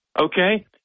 Okay